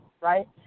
right